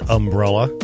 umbrella